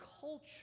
culture